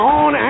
on